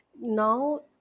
Now